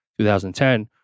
2010